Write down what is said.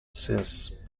since